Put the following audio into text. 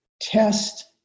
test